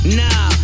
nah